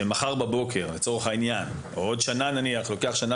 שמחר בבוקר או בעוד שנה כי לוקח שנה